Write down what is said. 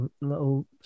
little